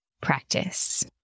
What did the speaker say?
practice